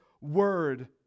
Word